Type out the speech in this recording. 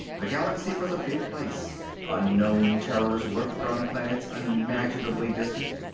the galaxy was a big place unknown terrors lurked on planets unimaginably distant.